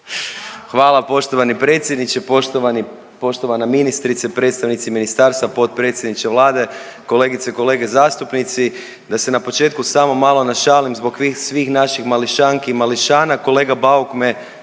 Hvala poštovani predsjedniče, poštovana ministrice, predstavnici ministarstva, potpredsjedniče Vlade, kolegice i kolege zastupnici. Da se na početku samo malo našalim zbog tih svih naših mališanki i mališana, kolega Bauk me